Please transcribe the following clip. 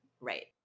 right